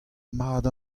mat